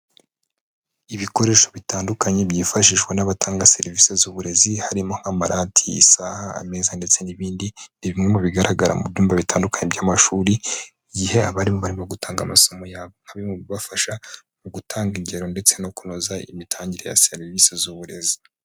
Ibikoresho bitandukanye byifashishwa n'abatanga serivisi z'uburezi, harimo nk'amarati, isaaha, ameza ndetse n'ibindi, ni bimwe mu bigaragara mu byumba bitandukanye by'amashuri, igihe abarimu barimo gutanga amasomo yabo nka bimwe mu bibafasha mu gutanga ingero ndetse no kunoza imitangire ya serivisi z'uburezi.